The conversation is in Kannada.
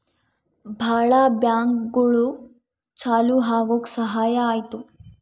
ಭಾಳ ಬ್ಯಾಂಕ್ಗಳು ಚಾಲೂ ಆಗಕ್ ಸಹಾಯ ಆಯ್ತು